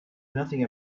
nothing